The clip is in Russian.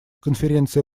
конференция